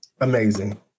Amazing